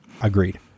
Agreed